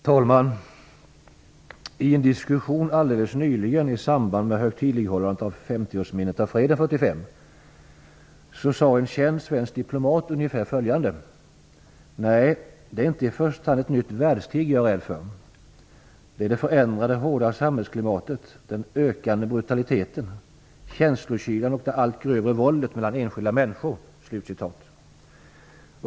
Herr talman! I en diskussion alldeles nyligen i samband med högtidlighållandet av 50-årsminnet av freden 1945 sade en känd svensk diplomat ungefär så här: Nej, det är inte i första hand ett nytt världskrig jag är rädd för, utan det är det förändrade hårda samhällsklimatet - den ökande brutaliteten, känslokylan och det allt grövre våldet mellan enskilda människor.